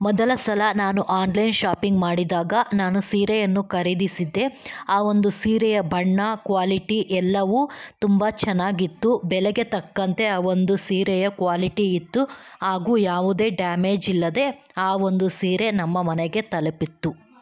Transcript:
ಮೊದಲ ಸಲ ನಾನು ಆನ್ಲೈನ್ ಶಾಪಿಂಗ್ ಮಾಡಿದಾಗ ನಾನು ಸೀರೆಯನ್ನು ಖರೀದಿಸಿದ್ದೆ ಆ ಒಂದು ಸೀರೆಯ ಬಣ್ಣ ಕ್ವಾಲಿಟಿ ಎಲ್ಲವೂ ತುಂಬ ಚೆನ್ನಾಗಿತ್ತು ಬೆಲೆಗೆ ತಕ್ಕಂತೆ ಆ ಒಂದು ಸೀರೆಯ ಕ್ವಾಲಿಟಿ ಇತ್ತು ಹಾಗೂ ಯಾವುದೇ ಡ್ಯಾಮೇಜ್ ಇಲ್ಲದೇ ಆ ಒಂದು ಸೀರೆ ನಮ್ಮ ಮನೆಗೆ ತಲುಪಿತ್ತು